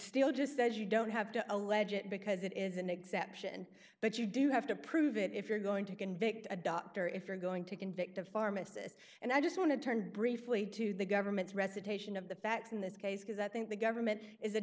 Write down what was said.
still just says you don't have to allege it because it is an exemption but you do have to prove it if you're going to convict a doctor if you're going to convict a pharmacist and i just want to turn briefly to the government's recitation of the facts in this case because i think the government is